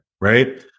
Right